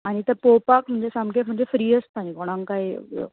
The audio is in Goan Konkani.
आनी ते पोवपाक म्हणजे सामकें म्हणजे फ्री आसता न्ही कोणाक कांय